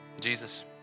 Jesus